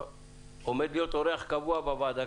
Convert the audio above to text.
שעומד להיות אורח קבוע בוועדה,